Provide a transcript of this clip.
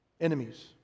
Enemies